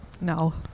No